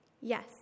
Yes